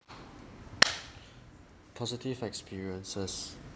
positive experiences